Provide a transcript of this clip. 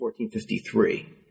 1453